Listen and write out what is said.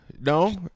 no